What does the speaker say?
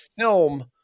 film